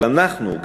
אבל אנחנו,